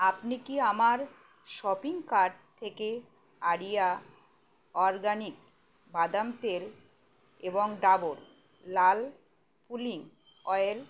আপনি কি আমার শপিং কার্ট থেকে আরিয়া অরগ্যানিক বাদাম তেল এবং ডাবর লাল পুলিং অয়েল